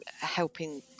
helping